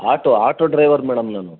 auto auto driver madam ನಾನು